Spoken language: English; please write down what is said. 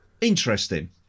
interesting